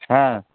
হ্যাঁ